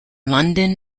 london